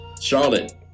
Charlotte